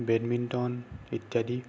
badminton ইত্যাদি